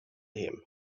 him